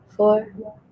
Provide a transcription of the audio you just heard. four